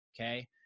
okay